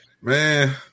Man